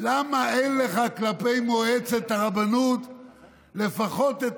למה אין לך כלפי מועצת הרבנות לפחות את